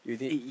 you did